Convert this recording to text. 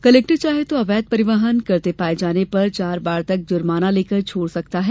collector चाहे तो अवैध परिवहन करते पाये जाने पर चार बार तक जुर्माना लेकर छोड सकता है